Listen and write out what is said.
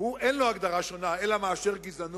אין לו הגדרה שונה אלא גזענות.